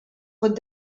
pot